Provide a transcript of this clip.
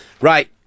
Right